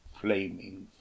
flaming